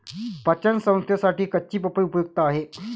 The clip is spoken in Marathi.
पचन संस्थेसाठी कच्ची पपई उपयुक्त आहे